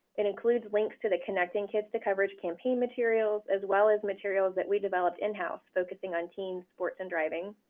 includes links to the connecting kids to coverage campaign materials, as well as materials that we developed in house focusing on teens, sports, and driving.